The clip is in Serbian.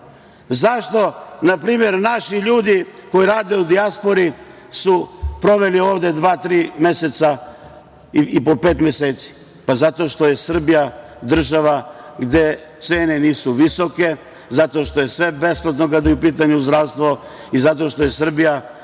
Zašto, na primer, naši ljudi koji rade u dijaspori su proveli ovde dva, tri i po pet meseci? Pa, zato što je Srbija država gde cene nisu visoke, zato što je sve besplatno kada je u pitanju zdravstvo i zato što je Srbija